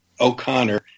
O'Connor